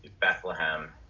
Bethlehem